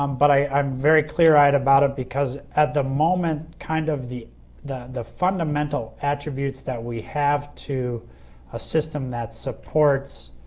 um but i'm very clear eyed about it because at the moment kind of the the fundamental attributes that we have to a system that supports